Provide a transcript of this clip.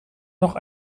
noch